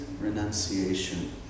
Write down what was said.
renunciation